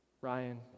Ryan